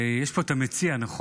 יש פה את המציע, נכון,